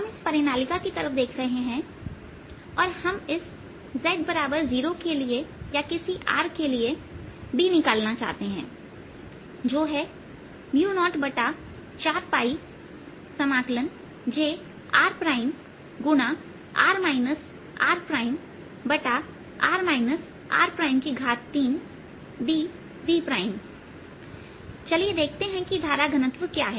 हम इस परिनालिका की तरफ देख रहे हैं और हम इस z0 के लिए d निकालना चाहते हैं किसी r परजो है 0 4 jr×r rr r3dvचलिए देखते हैं की धारा घनत्व क्या है